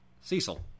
Cecil